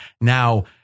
Now